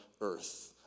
earth